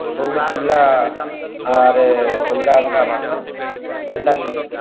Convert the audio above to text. ସବୁ ଜିଲ୍ଲା ଆରେ ଅଲ୍ଗା ଅଲ୍ଗା ଭାଷା ଯେନ୍ତାକି